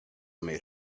made